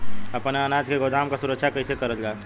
अपने अनाज के गोदाम क सुरक्षा कइसे करल जा?